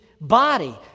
body